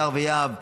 "הדר" ו"יהב",